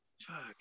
Fuck